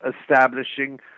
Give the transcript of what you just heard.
establishing